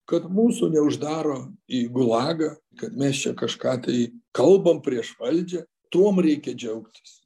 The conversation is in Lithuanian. kad mūsų neuždaro į gulagą kad mes čia kažką tai kalbam prieš valdžią tuom reikia džiaugtis